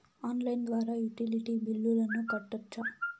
Online ద్వారా utility బిల్లులను కట్టొచ్చా?